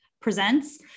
presents